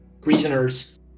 prisoners